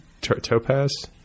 topaz